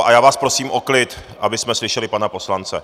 A já vás prosím o klid, abychom slyšeli pana poslance.